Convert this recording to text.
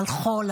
על חול,